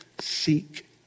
seek